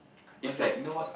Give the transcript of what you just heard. what's that